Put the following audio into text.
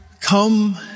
come